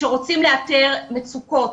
כשרוצים לאתר מצוקות,